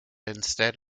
instead